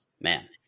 man